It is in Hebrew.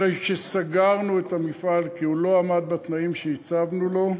אחרי שסגרנו את המפעל כי הוא לא עמד בתנאים שהצבנו לו.